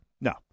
No